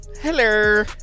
Hello